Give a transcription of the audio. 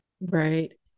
Right